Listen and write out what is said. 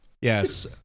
Yes